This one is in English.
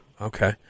okay